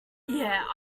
yeah